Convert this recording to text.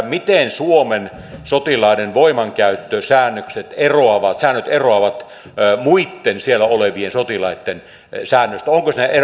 miten suomen sotilaiden voimankäyttösäännöt eroavat muitten siellä olevien sotilaitten säännöistä